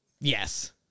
Yes